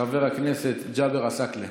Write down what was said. חבר הכנסת ג'אבר עסאקלה.